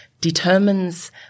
determines